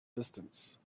distance